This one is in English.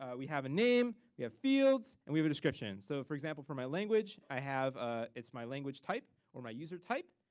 ah we have a name. we have fields, and we have a description. so for example, for my language, i have a it's my language type or my user type.